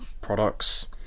products